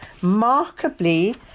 markably